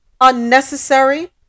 Unnecessary